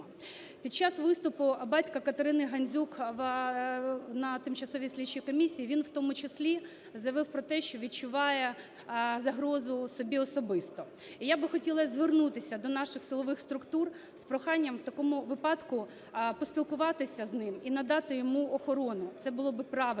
Під час виступу батька КатериниГандзюк на тимчасовій слідчій комісії, він в тому числі заявив про те, що відчуває загрозу собі особисто. І я би хотіла звернутися до наших силових структур з проханням в такому випадку поспілкуватися з ним і надати йому охорону. Це було би правильно,